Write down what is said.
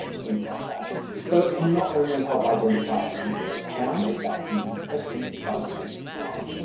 things like that so can not only help identify a particular town if that's in question but a date as well.